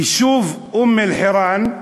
היישוב אום-אלחיראן,